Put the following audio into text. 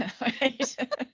right